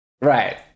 Right